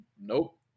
nope